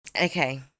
Okay